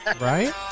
Right